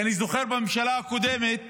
אני זוכר שבממשלה הקודמת